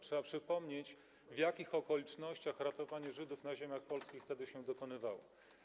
Trzeba przypomnieć, w jakich okolicznościach ratowanie Żydów na ziemiach polskich wtedy się dokonywało.